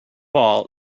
all